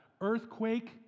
earthquake